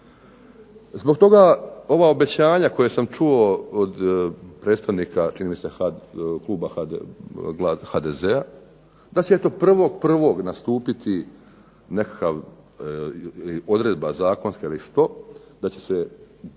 Zbog toga ova obećanja koja sam čuo od predstavnika, čini mi kluba HDZ-a, da će eto 01.01. nastupiti nekakva odredba zakonska ili što, da će se dovesti